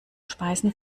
speisen